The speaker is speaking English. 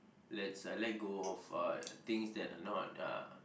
let's uh let go of uh things that are not uh